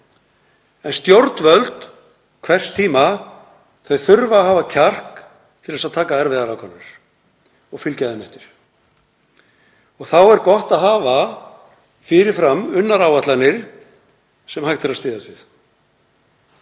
en stjórnvöld hvers tíma þurfa að hafa kjark til að taka erfiðar ákvarðanir og fylgja þeim eftir. Þá er gott að hafa fyrir fram unnar áætlanir sem hægt er að styðjast